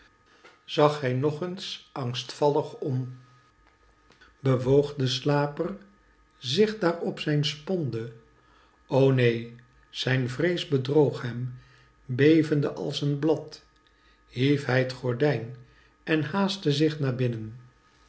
zag hij nog eens angstvallig om bewoog de slaper zich daar op zijn sponde o neen zijn vrees bedroog hem bevende als een blad hief hij t gordijn en haastte zich naar binnen